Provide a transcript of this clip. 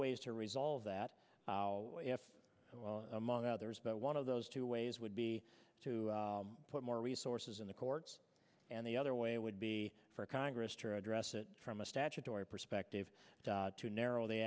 ways to resolve that well among others but one of those two ways would be to put more resources in the courts and the other way would be for congress to address it from a statutory perspective to narrow